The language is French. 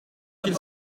qu’il